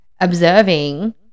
observing